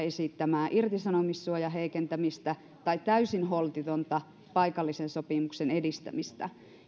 esittämäänne irtisanomissuojan heikentämistä tai täysin holtitonta paikallisen sopimuksen edistämistä